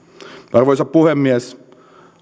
arvoisa puhemies